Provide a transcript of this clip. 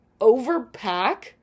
overpack